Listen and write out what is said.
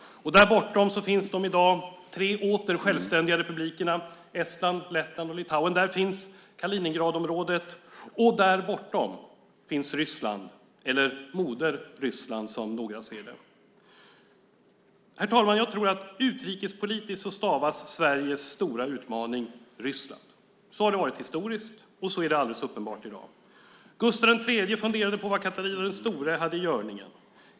Där bortom finns de i dag tre åter självständiga republikerna Estland, Lettland och Litauen. Där finns Kaliningradområdet, och där bortom finns Ryssland eller moder Ryssland, som några ser det. Herr talman! Jag tror att utrikespolitiskt stavas Sveriges stora utmaning Ryssland. Så har det varit historiskt, och så är det alldeles uppenbart i dag. Gustav III funderade på vad Katarina den stora hade i görningen.